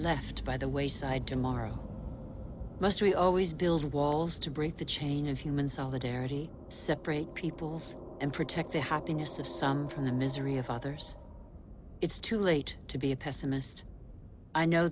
left by the wayside tomorrow must we always build walls to break the chain of human solidarity separate peoples and protect the happiness of some from the misery of others it's too late to be a pessimist i know